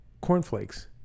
cornflakes